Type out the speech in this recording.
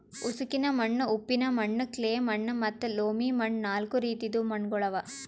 ಉಸುಕಿನ ಮಣ್ಣ, ಉಪ್ಪಿನ ಮಣ್ಣ, ಕ್ಲೇ ಮಣ್ಣ ಮತ್ತ ಲೋಮಿ ಮಣ್ಣ ನಾಲ್ಕು ರೀತಿದು ಮಣ್ಣುಗೊಳ್ ಅವಾ